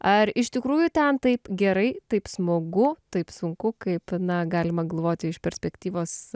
ar iš tikrųjų ten taip gerai taip smagu taip sunku kaip na galima galvoti iš perspektyvos